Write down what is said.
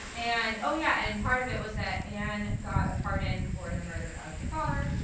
and, oh yeah, and part of it was that anne got a pardon for the murder of her father.